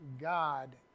God